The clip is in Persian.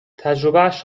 تجربهاش